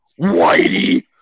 Whitey